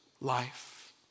life